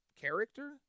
character